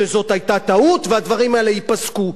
שזאת היתה טעות והדברים האלה ייפסקו.